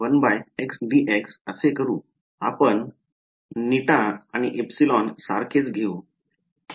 आपण η आणि εसारखेच घेऊ